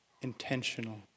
intentional